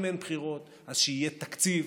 אם אין בחירות אז שיהיה תקציב,